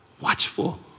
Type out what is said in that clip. watchful